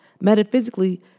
Metaphysically